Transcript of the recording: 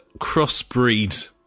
crossbreed